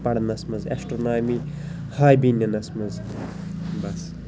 پَرنَس مَنٛز astronomy hobby نِنَس مَنٛز بَس